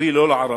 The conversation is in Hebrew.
קרי לא לערבים.